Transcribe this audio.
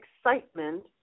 excitement